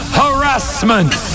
harassment